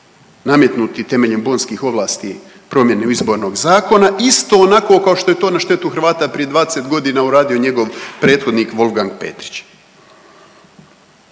nametnuti temeljem Bonskih ovlasti promjene izbornog zakona isto onako kao što je to na štetu Hrvata prije 20 godina uradio njegov prethodnik Wolfgang Petritsch.